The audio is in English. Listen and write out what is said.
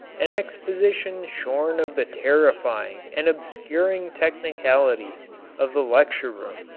an exposition shorn of the terrifying and obscuring technicalities of the lecture room,